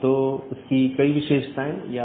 तो यह पूरी तरह से मेष कनेक्शन है